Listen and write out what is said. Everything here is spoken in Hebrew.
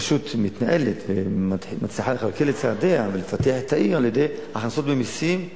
רשות מתנהלת ומצליחה לכלכל את צעדיה ולפתח את העיר על-ידי הכנסות ממסים,